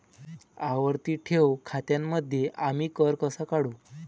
आवर्ती ठेव खात्यांमध्ये आम्ही कर कसा काढू?